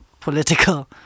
political